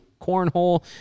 cornhole